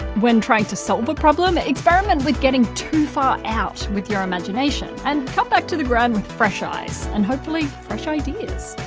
when trying to solve a problem, experiment with getting too far out with your imagination, and come back to the ground with fresh eyes, and hopefully fresh ideas.